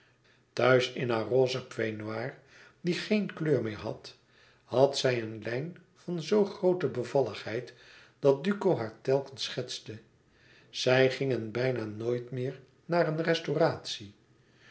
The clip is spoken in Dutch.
thuis in haar roze peignoir die geen kleur meer had had zij een lijn van zoo groote bevalligheid dat duco haar telkens schetste zij gingen bijna nooit meer naar een restauratie